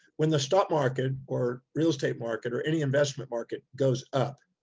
when the stock market or real estate market or any investment market goes up,